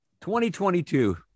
2022